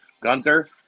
Gunter